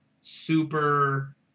super